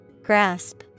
Grasp